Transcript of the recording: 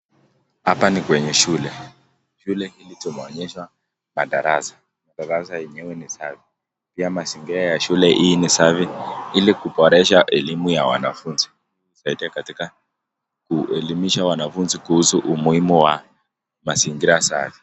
Hapa ni kwenye shule. Shule hili tunaoneshwa madarasa . Madarasa yenyewe ni safi pia mazingira ys shule hii ni safi ili kuboresha elimu ya shule kusaidia katika kuelimisha wanafunzi kuhusu humuimu ya mazingira safi.